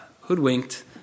hoodwinked